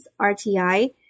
RTI